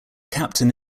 captain